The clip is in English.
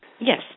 Yes